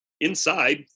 inside